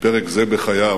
מפרק זה בחייו,